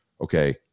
Okay